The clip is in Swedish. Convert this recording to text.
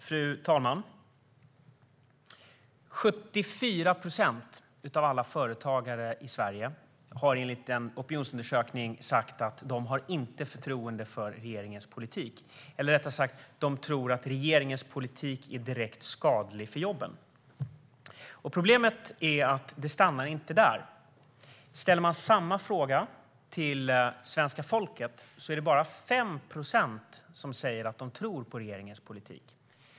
Fru talman! 74 procent av alla företagare i Sverige har enligt en opinionsundersökning sagt att de inte har förtroende för regeringens politik eller rättare sagt tror att regeringens politik är direkt skadlig för jobben. Problemet är att det inte stannar där. Ställer man samma fråga till svenska folket är det bara 5 procent som säger att de tror på regeringens politik.